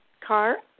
car